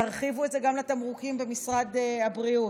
תרחיבו את זה גם לתמרוקים במשרד הבריאות,